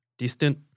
distant